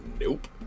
nope